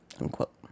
unquote